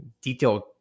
detailed